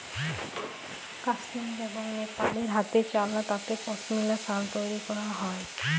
কাশ্মীর এবং লেপালে হাতেচালা তাঁতে পশমিলা সাল তৈরি ক্যরা হ্যয়